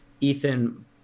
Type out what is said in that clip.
Ethan